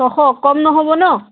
ছশ কম নহ'ব নহ্